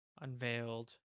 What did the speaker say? unveiled